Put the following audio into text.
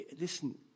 Listen